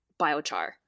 biochar